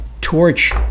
Torch